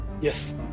Yes